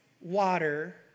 water